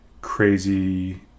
crazy